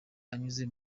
anyuze